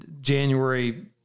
January